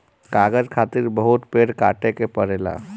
कागज खातिर बहुत पेड़ काटे के पड़ेला